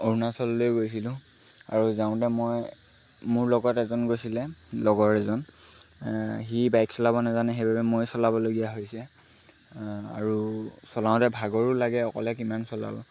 অৰুণাচললৈ গৈছিলোঁ আৰু যাওঁতে মই মোৰ লগত এজন গৈছিলে লগৰ এজন সি বাইক চলাব নাজানে সেইবাবে ময়ে চলাবলগীয়া হৈছে আৰু চলাওঁতে ভাগৰো লাগে অকলে কিমান চলাব